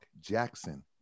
Jackson